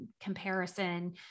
comparison